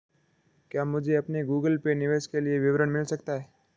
क्या मुझे अपने गूगल पे निवेश के लिए विवरण मिल सकता है?